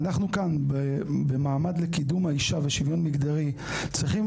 ואנחנו כאן בוועדה לקידום מעמד האישה ושוויון מגדרי צריכים